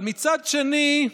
אבל מצד שני,